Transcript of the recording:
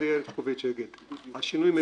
השינוי מבורך.